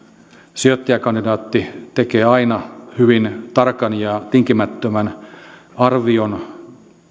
sijoittajakandidaatti tekee aina hyvin tarkan ja tinkimättömän arvion